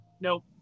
Nope